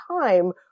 time